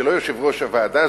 זה לא יושב-ראש הוועדה,